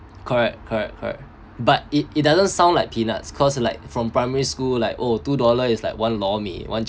correct correct correct but it it doesn't sound like peanuts cause it's like from primary school like oh two dollar is like one lor-mee one